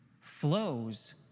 flows